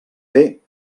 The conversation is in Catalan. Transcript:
fer